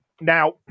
now